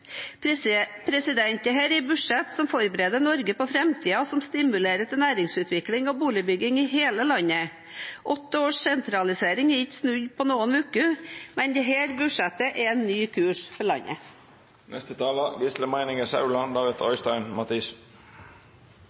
budsjett som forbereder Norge på framtiden, som stimulerer til næringsutvikling og boligbygging i hele landet. Åtte års sentralisering er ikke snudd på noen uker, men dette budsjettet er en ny kurs for landet.